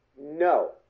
No